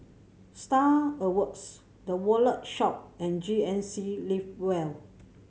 Star Awards The Wallet Shop and G N C Live well